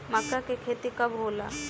मक्का के खेती कब होला?